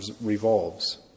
revolves